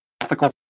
ethical